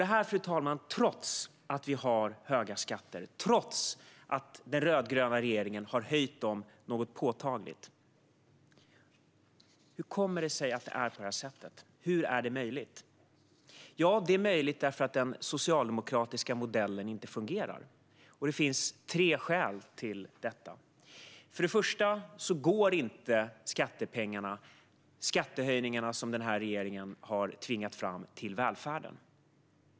Det här är fallet trots att vi har höga skatter och trots att den rödgröna regeringen har höjt dem påtagligt. Hur kommer det sig att det är på det här sättet? Hur är det möjligt? Jo, det är möjligt därför att den socialdemokratiska modellen inte fungerar. Det finns tre orsaker till detta. För det första går inte skattepengarna - och skattehöjningarna som den här regeringen har tvingat fram - till välfärden.